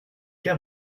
qu’à